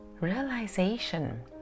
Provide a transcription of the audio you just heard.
Realization